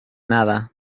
nada